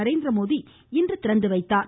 நரேந்திரமோடி இன்று திறந்து வைத்தார்